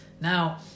now